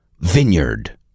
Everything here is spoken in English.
vineyard